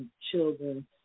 children